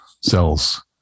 cells